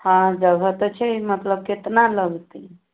हँ जगह तऽ छै मतलब केतना लगतै